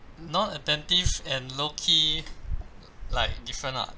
non attentive and low key like different ah